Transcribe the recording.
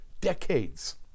decades